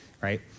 right